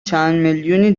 چندمیلیونی